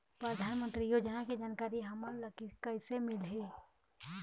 परधानमंतरी योजना के जानकारी हमन ल कइसे मिलही?